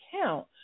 account